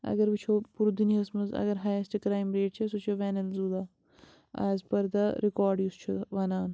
اگر وُچھو پوٗرٕ دُنیاہَس منٛز اَگر ہایَسٹہٕ کرٛایِم ریٹ چھِ سۄ چھِ Venezuela as per the record یُس چھُ وَنان